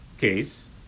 case